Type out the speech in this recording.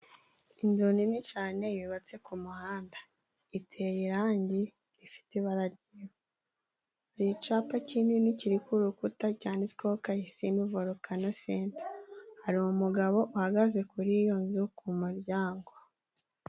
Inzu nini cyane yubatse ku muhanda, iteye irangi rifite ibara ry'i...hari icyapa kinini kiri ku rukuta cyanditsweho Kalisimbi Vorukano Senta, hari umugabo uhagaze kuri iyo nzu ku muryango.